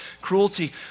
cruelty